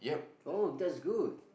oh that's good